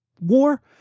war